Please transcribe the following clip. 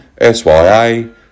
SYA